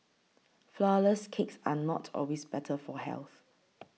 Flourless Cakes are not always better for health